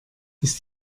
ist